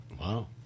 Wow